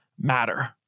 matter